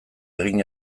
egin